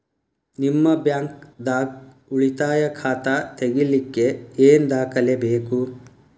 ನಿಮ್ಮ ಬ್ಯಾಂಕ್ ದಾಗ್ ಉಳಿತಾಯ ಖಾತಾ ತೆಗಿಲಿಕ್ಕೆ ಏನ್ ದಾಖಲೆ ಬೇಕು?